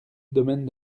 domaine